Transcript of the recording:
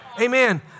Amen